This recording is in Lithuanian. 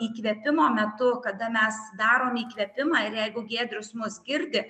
įkvėpimo metu kada mes darom įkvėpimą ir jeigu giedrius mus girdi